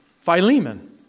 Philemon